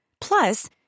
Plus